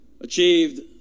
achieved